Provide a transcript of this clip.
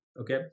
Okay